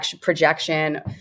projection